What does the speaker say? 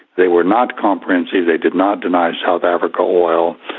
they were not comprehensive they did not deny south africa oil.